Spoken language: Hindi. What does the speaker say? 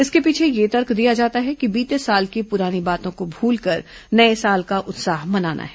इसके पीछे यह तर्क दिया जाता है कि बीते साल की पुरानी बातों को भूलकर नये साल का उत्साह मनाना है